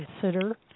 consider